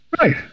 Right